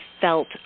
felt